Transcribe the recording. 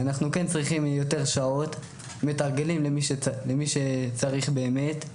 אנחנו צריכים יותר שעות, מתרגלים למי שצריך באמת.